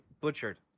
butchered